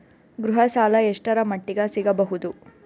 ಗೃಹ ಸಾಲ ಎಷ್ಟರ ಮಟ್ಟಿಗ ಸಿಗಬಹುದು?